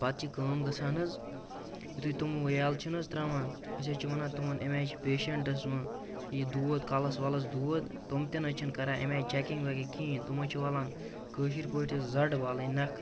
پَتہٕ چھِ کٲم گژھان حظ یُتھُے تِم وۄنۍ یلہٕ چھِ نہٕ حظ ترٛاوان أسۍ حظ چھِ وَنان تِمَن اَمہِ آے چھِ پیشںٛٹَس وۄنۍ یہِ دود کَلَس وَلَس دود تِم تہِ نہٕ حظ چھِنہٕ کَران اَمہِ آیہِ چیکِنٛگ وَکِنٛگ کِہیٖنٛۍ تِم حظ چھِ والان کٲشِرۍ پٲٹھۍ حظ زَڈ والٕنۍ نَکھٕ